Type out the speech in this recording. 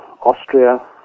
Austria